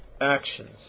actions